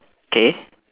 K